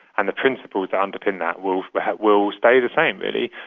and the principles that underpin that will but that will stay the same really.